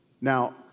Now